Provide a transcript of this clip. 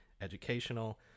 educational